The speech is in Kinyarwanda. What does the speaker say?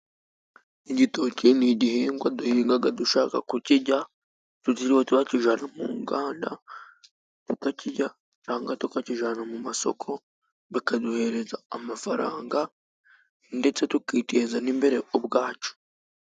Igitoki ni igihingwa duhingaga dushaka kukijya, tutiriwe turakijana mu nganda tukakijya canga tukakijana mu masoko bikaduhereza amafaranga ndetse tukiteza n'imbere ubwacu.